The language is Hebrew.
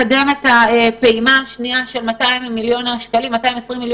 לקדם את הפעימה השנייה של 220 מיליון השקלים,